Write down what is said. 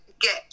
get